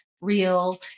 real